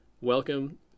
Welcome